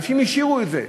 אנשים השאירו את זה,